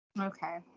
Okay